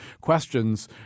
questions